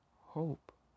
hope